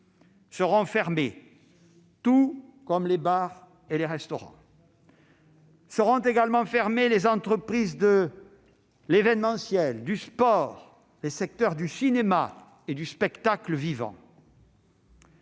seront fermés, ainsi que les bars et les restaurants. Seront également fermées les entreprises de l'événementiel, du sport, et les secteurs du cinéma et du spectacle vivant